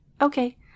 Okay